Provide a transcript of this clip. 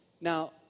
Now